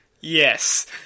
Yes